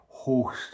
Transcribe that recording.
Host